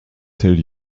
tell